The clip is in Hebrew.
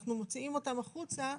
אנחנו מוציאים אותם החוצה,